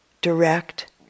direct